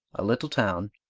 a little town,